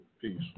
peace